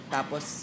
Tapos